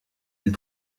îles